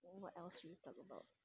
don't know what else we talk about